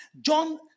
John